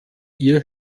ihr